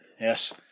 yes